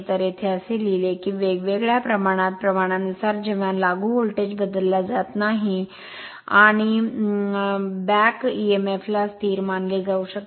तर येथे असे लिहिले आहे की वेग वेगळ्या प्रमाणात प्रमाणानुसार जेव्हा लागू व्होल्टेज बदलला जात नाही आणि बॅक emf ला स्थिर मानले जाऊ शकते